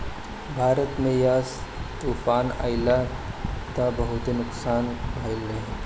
भारत में यास तूफ़ान अइलस त बहुते नुकसान भइल रहे